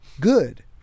good